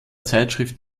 zeitschrift